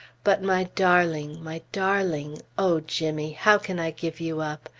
but my darling! my darling! o jimmy! how can i give you up?